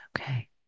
okay